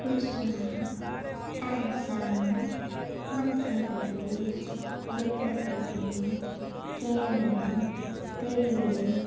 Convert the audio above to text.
Gujarat Assam Madhya Pradesh Uttar Pradesh Kerala Delhi